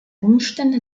umstände